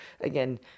again